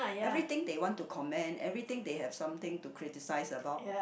everything they want to comment everything they have something to criticize about